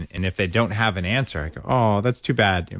and if they don't have an answer, i go, oh, that's too bad,